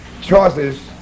choices